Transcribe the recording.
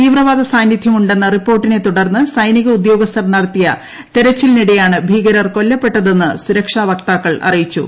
തീവ്രവാദ സാന്നിധ്യം ഇട്ടെന്ന റിപ്പോർട്ടിനെ തുടർന്ന് സൈനിക ഉദ്യോഗസ്ഥർ നടത്തിയ തെരച്ചിലിനിടെയാണ് ഭീകരർ കൊല്ലപ്പെട്ടതെന്ന് സുരക്ഷാ വക്താക്കൾ അറിയിച്ചു